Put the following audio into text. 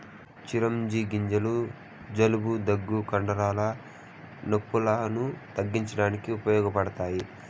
చిరోంజి గింజలు జలుబు, దగ్గు, కండరాల నొప్పులను తగ్గించడానికి ఉపయోగపడతాయి